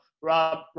Rob